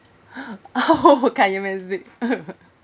oh can you next week